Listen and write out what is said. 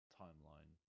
timeline